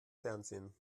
fernsehen